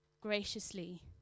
graciously